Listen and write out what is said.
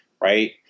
right